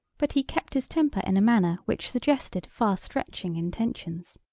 but he kept his temper in a manner which suggested far-stretching intentions.